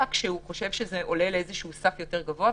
שהוא חושב שזה עולה לאיזשהו סף יותר גבוה,